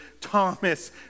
Thomas